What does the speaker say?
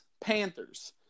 Panthers